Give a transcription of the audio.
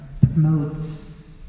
promotes